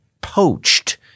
poached